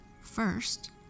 First